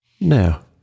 Now